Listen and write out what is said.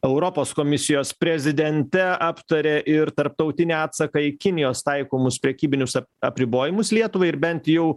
europos komisijos prezidente aptarė ir tarptautinį atsaką į kinijos taikomus prekybinius apribojimus lietuvai ir bent jau